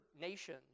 nation